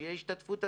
שתהיה השתתפות עצמית,